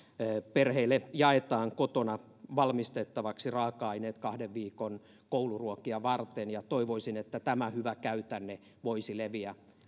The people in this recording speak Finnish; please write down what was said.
perheille jaetaan kotona valmistettavaksi raaka aineet kahden viikon kouluruokia varten toivoisin että tämä hyvä käytänne voisi levitä